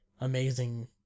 amazing